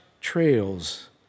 trails